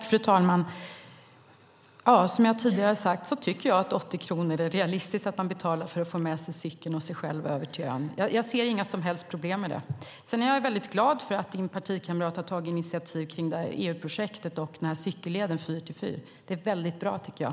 Fru talman! Som jag tidigare har sagt tycker jag att 80 kronor är realistiskt att betala för att få med sig cykeln över till ön. Jag ser inga som helst problem med det. Sedan är jag väldigt glad för att din partikamrat har tagit initiativ till det här EU-projektet och cykelleden Fyr till fyr. Det är väldigt bra, tycker jag.